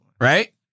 Right